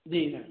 जी ma'am